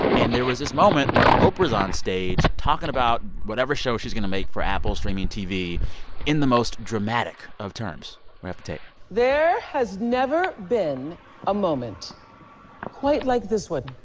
and there was this moment where oprah's on stage talking about whatever show she's going to make for apple streaming tv in the most dramatic of terms. we have the tape there has never been a moment quite like this one.